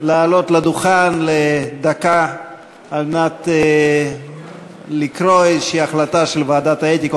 לעלות לדוכן לדקה כדי לקרוא החלטה של ועדת האתיקה,